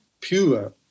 pure